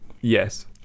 yes